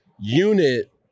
unit